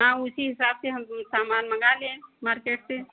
हाँ उसी हिसाब से हम सामान मँगा लें मार्केट से